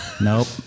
Nope